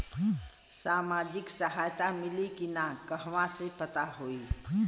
सामाजिक सहायता मिली कि ना कहवा से पता होयी?